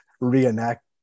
reenact